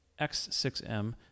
X6M